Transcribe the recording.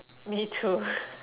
me too